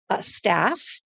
staff